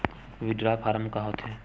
Withdrawal form का होथे?